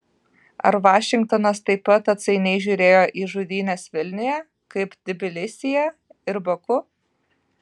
ar vašingtonas taip pat atsainiai žiūrėjo į žudynes vilniuje kaip tbilisyje ir baku